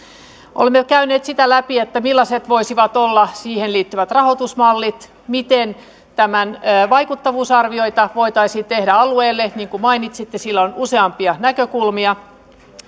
olemme käyneet sitä läpi millaiset voisivat olla siihen liittyvät rahoitusmallit miten tämän vaikuttavuusarvioita voitaisiin tehdä alueille niin kuin mainitsitte sillä on useampia näkökulmia